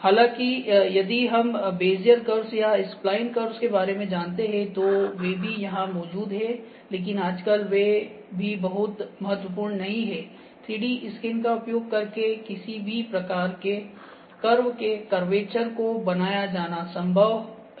हालाँकियदि हम Bezier curves या spline curves के बारे में जानते हैं तो वे भी वहां मौजूद हैं लेकिन आजकल वे भी बहुत महत्वपूर्ण नहीं हैं 3D स्कैन का उपयोग करके किसी भी प्रकार के कर्व के कर्वेचर को बनाया जाना संभव है